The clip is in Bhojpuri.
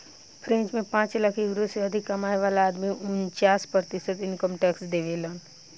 फ्रेंच में पांच लाख यूरो से अधिक कमाए वाला आदमी उनन्चास प्रतिशत इनकम टैक्स देबेलन